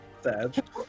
Sad